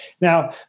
Now